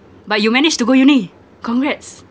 but you manage to go uni congrats